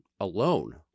alone